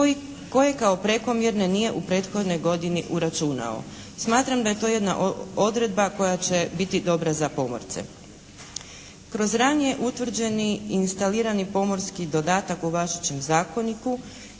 koje kao prekomjerne nije u prethodnoj godini uračunao. Smatram da je to jedna odredba koja će biti dobra za pomorce. Kroz ranije utvrđeni instalirani pomorski dodatak u važećem zakoniku